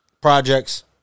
projects